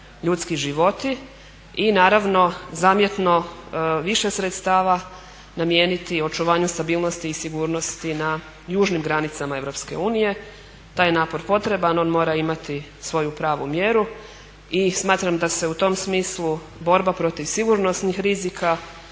ljudski životi i naravno zamjetno više sredstava namijeniti očuvanju stabilnosti i sigurnosti na južnim granicama EU. Taj je napor potreban, on mora imati svoju pravu mjeru i smatram da se u tom smislu borba protiv sigurnosnih rizika